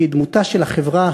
כי דמותה של החברה